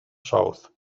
south